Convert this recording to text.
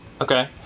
okay